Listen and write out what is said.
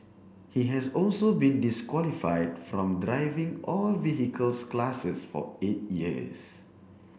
he has also been disqualified from driving all vehicle classes for eight years